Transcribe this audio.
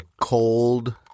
cold